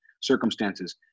circumstances